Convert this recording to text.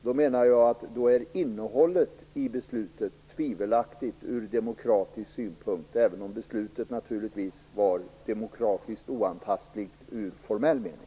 Då menar jag att beslutets innehåll är tvivelaktigt ur demokratisk synpunkt, även om det naturligtvis var demokratiskt oantastligt i formell mening.